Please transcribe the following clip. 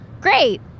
great